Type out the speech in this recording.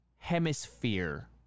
hemisphere